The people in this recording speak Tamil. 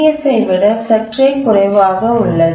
எஃப் ஐ விட சற்றே குறைவாக உள்ளது